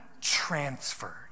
transferred